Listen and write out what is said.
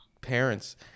parents